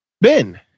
Ben